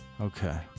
Okay